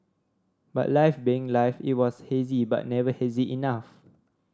but life being life it was hazy but never hazy enough